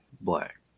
Black